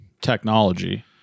technology